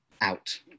out